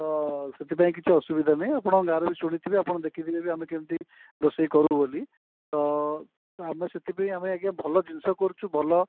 ତ ସେଥିପାଇଁ କିଛି ଅସୁବିଧା ନାହିଁ ଆପଣଙ୍କ ଗାଁରେ ଶୁଣିଥିବେ ଆପଣ ଦେଖିଥିବେ ବି ଆମେ କେମିତି ରୋଷେଇ କରୁ ବୋଲି ତ ଆମେ ସେଥିପାଇଁ ଆମେ ଆଜ୍ଞା ଭଲ ଜିନିଷ କରୁଛୁ ଭଲ